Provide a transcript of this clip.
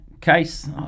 Case